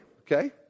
Okay